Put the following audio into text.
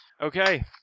Okay